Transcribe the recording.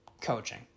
coaching